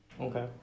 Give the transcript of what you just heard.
Okay